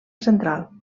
central